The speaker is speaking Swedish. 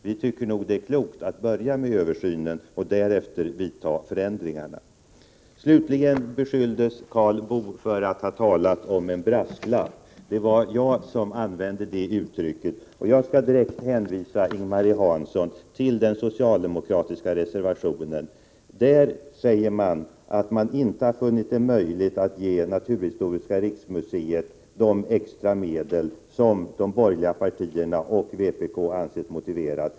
Vi tycker att det är klokt att börja med översynen och därefter vidta förändringarna. Slutligen beskylldes Karl Boo för att ha talat om en brasklapp. Det var jag som använde det uttrycket, och jag skall direkt hänvisa Ing-Marie Hansson till den socialdemokratiska reservation där man säger att man inte har funnit det möjligt att ge Naturhistoriska riksmuseet de extra medel som de borgerliga partierna och vpk anser motiverade.